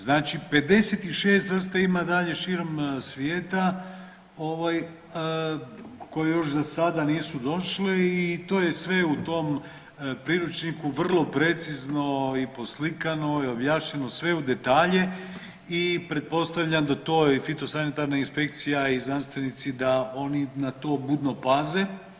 Znači 56 vrsta ima dalje širom svijeta ovaj koje još za sada nisu došle i to je sve u tom priručniku vrlo precizno i poslikano i objašnjeno sve u detalje i pretpostavljam da to je i fitosanitarna inspekcija i znanstvenici da oni na to budno paze.